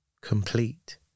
complete